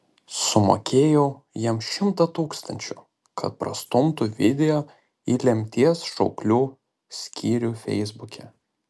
sumokėjau jam šimtą tūkstančių kad prastumtų video į lemties šauklių skyrių feisbuke